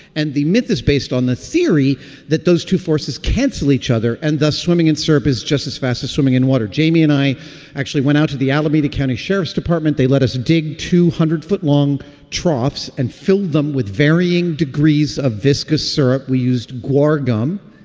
and the myth is based on the theory that those two forces cancel each other and thus swimming in serp is just as fast as swimming in water. jamie and i actually went out to the alameda county sheriff's department. they let us dig two hundred foot long troughs and filled them with varying degrees of visger syrup we used guar gum